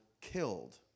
killed